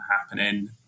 happening